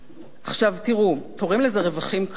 עכשיו תראו, קוראים לזה רווחים כלואים.